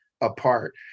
apart